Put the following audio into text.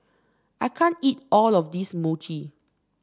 I can't eat all of this Mochi